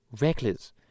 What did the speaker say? reckless